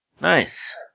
Nice